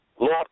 Lord